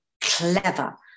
clever